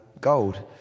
gold